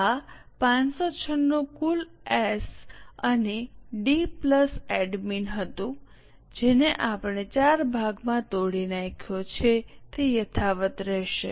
આ 596 કુલ એસ અને ડી પ્લસ એડમિન હતું જેને આપણે ચાર ભાગમાં તોડી નાખ્યો છે તે યથાવત્ રહેશે